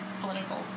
political